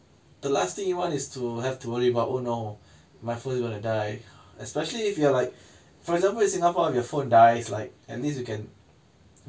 the last thing you want is to have to worry about oh no my phone's gonna die especially if you are like for example in singapore if your phone dies like at least you can